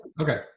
Okay